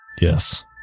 Yes